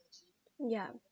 yup